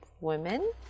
women